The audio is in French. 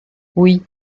oui